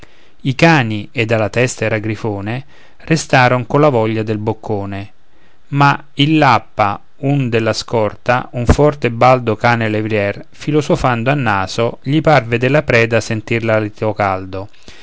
i cani ed alla testa era grifone restaron colla voglia del boccone ma il lappa un della scorta un forte e baldo cane levrier filosofando a naso gli parve della preda sentir l'alito caldo